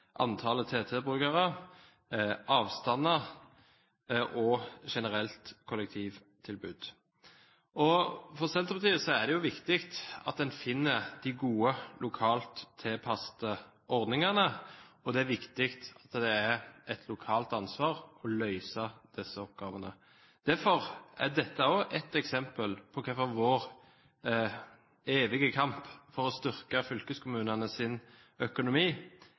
finner de gode, lokalt tilpassede ordningene, og det er viktig at det er et lokalt ansvar å løse disse oppgavene. Derfor er dette også et eksempel på hvorfor vår evige kamp for å styrke fylkeskommunenes økonomi